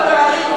על נושא הפערים,